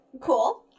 cool